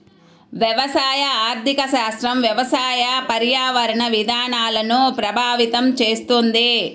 వ్యవసాయ ఆర్థిక శాస్త్రం వ్యవసాయ, పర్యావరణ విధానాలను ప్రభావితం చేస్తుంది